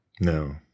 No